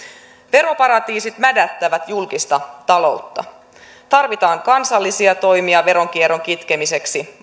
veroparatiisit mädättävät julkista taloutta tarvitaan kansallisia toimia veronkierron kitkemiseksi